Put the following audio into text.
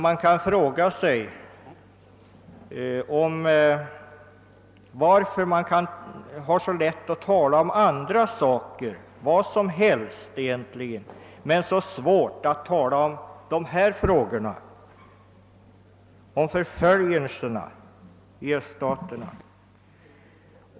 Man kan fråga sig varför man har så lätt att tala om andra saker, egentligen vad som helst, men så svårt att tala om dessa frågor, om förföljelserna i Öststaterna.